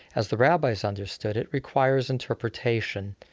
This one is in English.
as the rabbis understood it, requires interpretation.